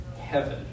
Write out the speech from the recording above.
heaven